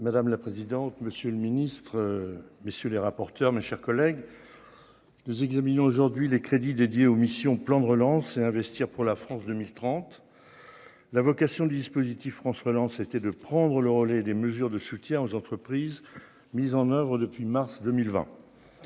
Madame la présidente, monsieur le ministre, messieurs les rapporteurs, mes chers collègues, nous examinons aujourd'hui les crédits dédiés aux missions, plan de relance et investir pour la France 2030 la vocation du dispositif François Hollande c'était de prendre le relais des mesures de soutien aux entreprises mises en Oeuvres depuis mars 2020